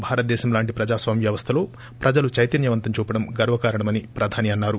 భారతదేశం లాంటి ప్రజాస్వామ్య వ్యవస్థలో ప్రజలు చైతన్యవంతం చూపడం గర్వకారణమని ప్రధాని అన్నారు